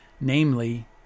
namely